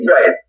Right